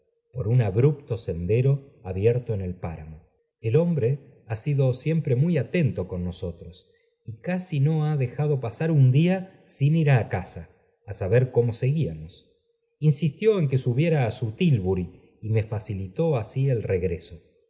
por un abrupto sendero abierto en el páramo el hombre ha sido siempre muy atento opn nosotros y casi no ha dejado pasar un día siq ir á la casa á saber cómo seguíamos insistió en que subiera á su tflburi y me facilitó así el regreso